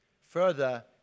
further